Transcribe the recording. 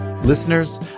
Listeners